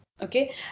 Okay